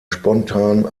spontan